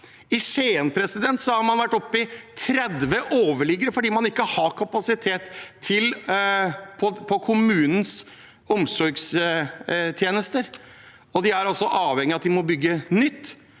I Skien har man vært oppe i 30 overliggere fordi man ikke har kapasitet i kommunens omsorgstjenester. De er altså avhengige av at de må bygge nytt,